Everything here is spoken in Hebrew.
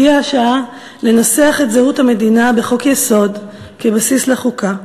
הגיעה השעה לנסח את זהות המדינה בחוק-יסוד כבסיס לחוקה,